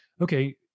Okay